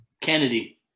Kennedy